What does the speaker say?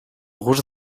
gust